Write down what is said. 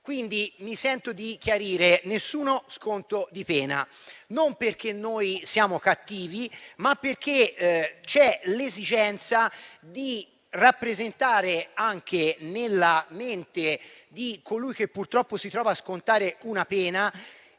Quindi, mi sento di chiarire: nessuno sconto di pena. Non perché noi siamo cattivi, ma perché c'è l'esigenza di rappresentare, anche nella mente di colui che purtroppo si trova a scontare una pena,